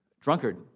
drunkard